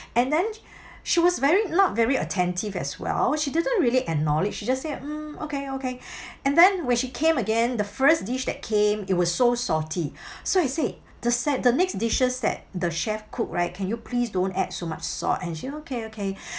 and then she was very not very attentive as well she didn't really acknowledge she just said mm okay okay and then when she came again the first dish that came it was so salty so I say the set the next dishes that the chef cook right can you please don't add so much salt and she okay okay